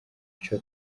ico